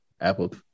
Apple